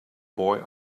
boy